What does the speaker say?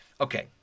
Okay